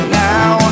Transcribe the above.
now